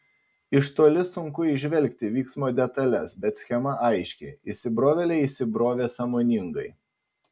iš toli sunku įžvelgti vyksmo detales bet schema aiški įsibrovėliai įsibrovė sąmoningai